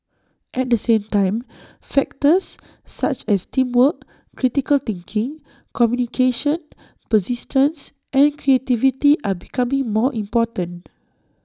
at the same time factors such as teamwork critical thinking communication persistence and creativity are becoming more important